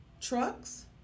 Trucks